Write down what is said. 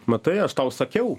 matai aš tau sakiau